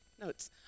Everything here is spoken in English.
notes